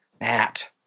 Matt